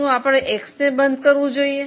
શું આપણે X ને બંધ કરવો જોઈએ